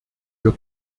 wir